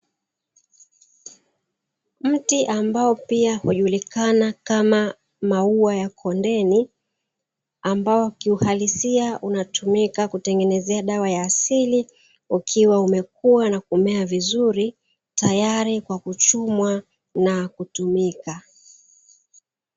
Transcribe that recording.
Mti ambao pia hunajulikana kama maua ya kondeni, ambao kiuhalisia unatumika kutengenezea dawa ya asili, ukiwa umekua na kumea vizuri, tayari kwa kuchumwa na kutumika.